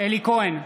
אלי כהן,